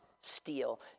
steal